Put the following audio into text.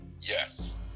Yes